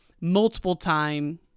multiple-time